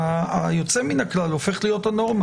היוצא מן הכלל הופך להיות הנורמה.